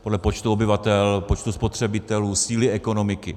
Podle počtu obyvatel, počtu spotřebitelů, síly ekonomiky.